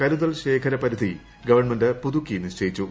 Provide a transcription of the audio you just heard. കരുതൽ ശേഖര പരിധി ഗവൺമെന്റ് പുതുക്കി നിശ്ചയിച്ചു